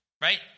right